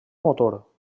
motor